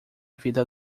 vida